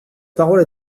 parole